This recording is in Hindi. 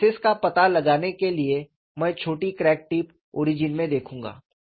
स्ट्रेस्सेस का पता लगाने के लिए मैं छोटी क्रैक टिप ओरिजिन में देखूंगा